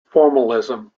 formalism